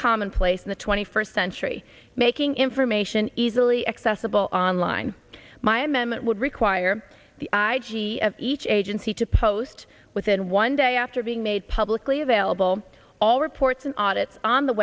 commonplace in the twenty first century making information easily accessible online my amendment would require the i g of each agency to post within one day after being made publicly available to all reports an audit on the